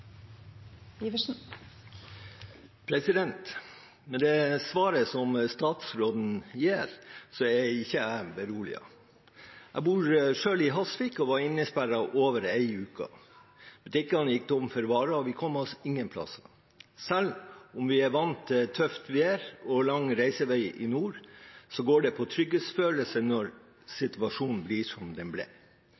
Iversen. Med det svaret statsråden gir, er ikke jeg beroliget. Jeg bor selv i Hasvik og var innesperret over en uke. Butikkene gikk tom for varer, og vi kom oss ingen plasser. Selv om vi er vant til tøft vær og lang reisevei i nord, går det på trygghetsfølelsen løs når